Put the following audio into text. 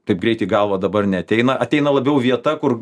taip greit į galvą dabar neateina ateina labiau vieta kur